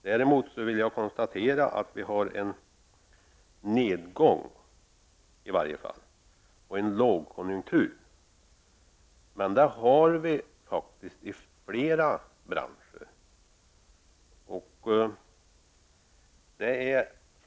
Däremot kan jag konstatera att det i varje fall är fråga om en nedgång och en lågkonjunktur, men det är också flera branscher utsatta för.